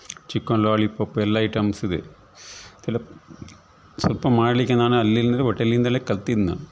chicken lollipop ಎಲ್ಲ items ಇದೆ ಸ್ವಲ್ಪ ಮಾಡ್ಲಿಕ್ಕೆ ನಾನು ಅಲ್ಲಿಂದ್ಲೇ ಹೋಟೆಲಿಂದಲೇ ಕಲ್ತಿದ್ದು ನಾ